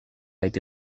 été